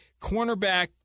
cornerback